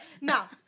now